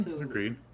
Agreed